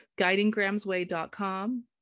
guidinggramsway.com